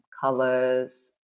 colors